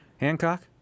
hancock